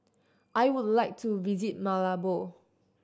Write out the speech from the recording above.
I would like to visit Malabo